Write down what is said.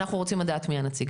אנחנו רוצים לדעת מי הנציג.